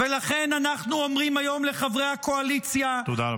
ולכן אנחנו אומרים היום לחברי הקואליציה -- תודה רבה.